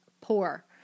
poor